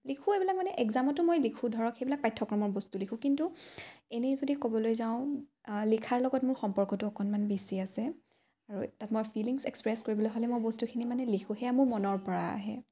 লিখোঁ এইবিলাক মানে এক্সামতো মই লিখোঁ ধৰক সেইবিলাক পাঠ্যক্ৰমৰ বস্তু লিখোঁ কিন্তু এনেই যদি ক'বলৈ যাওঁ লিখাৰ লগত মোৰ সম্পৰ্কটো অকণমান বেছি আছে আৰু তাত মই ফিলিংছ এক্সপ্ৰেছ কৰিবলৈ হ'লে মই বস্তুখিনি মানে লিখোঁ সেয়া মোৰ মনৰ পৰা আহে